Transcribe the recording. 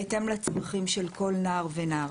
בהתאם לצרכים של כל נער ונערה.